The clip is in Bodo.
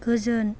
गोजोन